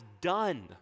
done